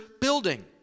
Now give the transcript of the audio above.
building